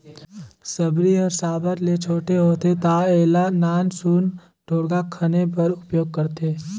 सबरी हर साबर ले छोटे होथे ता एला नान सुन ढोड़गा खने बर उपियोग करथे